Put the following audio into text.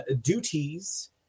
duties